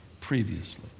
previously